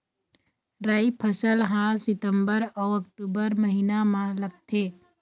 राई फसल हा सितंबर अऊ अक्टूबर महीना मा लगथे